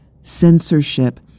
censorship